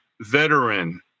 veteran